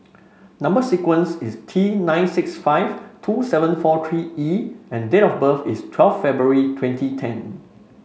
number sequence is T nine six five two seven four three E and date of birth is twelve February two twenty ten